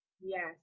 Yes